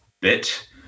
bit